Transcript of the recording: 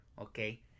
okay